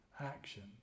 action